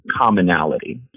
commonality